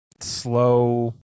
slow